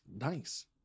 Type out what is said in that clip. nice